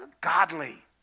godly